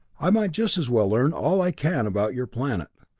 i might just as well learn all i can about your planet.